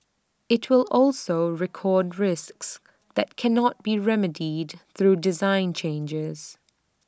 IT will also record risks that cannot be remedied through design changes